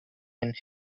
and